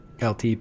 LT